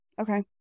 Okay